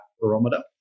barometer